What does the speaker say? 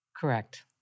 Correct